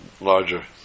larger